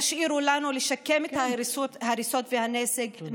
תשאירו לנו לשקם את ההריסות והנזק,